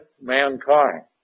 mankind